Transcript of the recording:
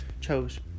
chose